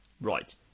right